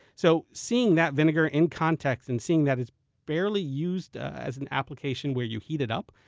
so seeing that vinegar in context, and seeing that it's barely used as an application where you heat it up.